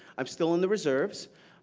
i'm still in the reserves.